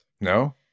No